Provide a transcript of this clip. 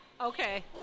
okay